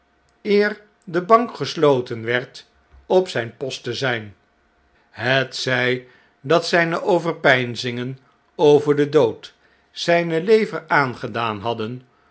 eer de bank gesloten werd op zijn post te zn'n hetzjj dat zijne overpeinzingen over den dood zn'ne lever aangedaan hadden